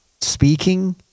speaking